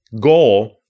goal